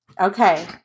Okay